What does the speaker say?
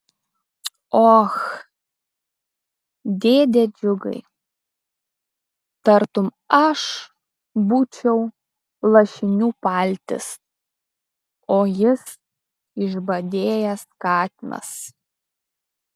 och dėde džiugai tartum aš būčiau lašinių paltis o jis išbadėjęs katinas